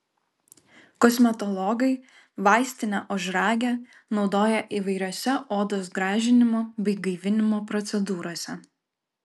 kosmetologai vaistinę ožragę naudoja įvairiose odos gražinimo bei gaivinimo procedūrose